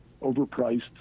overpriced